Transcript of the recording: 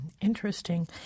Interesting